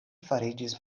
fariĝis